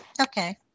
Okay